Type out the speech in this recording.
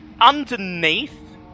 underneath